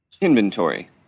inventory